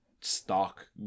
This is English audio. stock